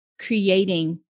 creating